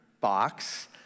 box